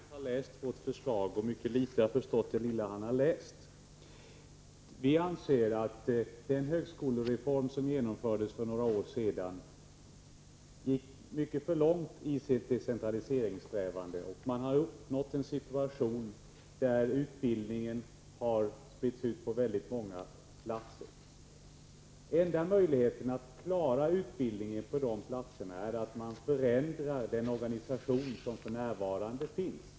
Fru talman! Björn Samuelson sade att det moderata förslaget utgör ett reellt hot mot de mindre högskolorna. Det verkar som om Björn Samuelson mycket dåligt har läst vårt förslag och mycket litet har förstått det lilla han har läst. Vi anser att den högskolereform som genomfördes för några år sedan gick för långt i sina decentraliseringssträvanden. Man har uppnått en situation där utbildningen har spritts ut på många platser. Den enda möjligheten att klara utbildningen på de platserna är att man förändrar den organisation som f.n. finns.